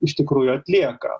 iš tikrųjų atlieka